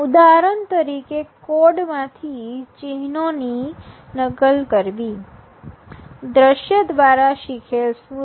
ઉદાહરણ તરીકે કોડ માંથી ચિહ્નોની નકલ કરવી દ્રશ્ય દ્વારા શીખેલ સ્મૃતિ